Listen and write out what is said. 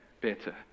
better